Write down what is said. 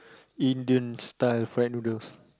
Indian style friend noodles